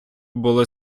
були